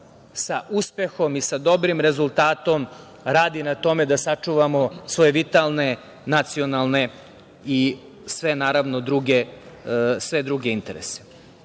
sa uspehom i sa dobrim rezultatom radi na tome da sačuvamo svoje vitalne, nacionalne i sve druge interese. Moram